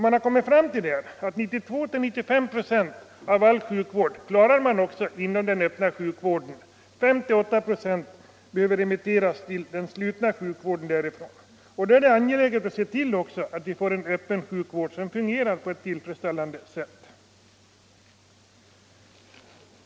Man har kommit fram till att 92-95 26 av sjukvården kan lämnas inom den öppna verksamheten. 5-8 26 av de vårdsökande behöver remitteras från den öppna till den slutna sjukvården. Då är det också angeläget att vi får en öppen sjukvård som fungerar på ett tillfredsställande sätt.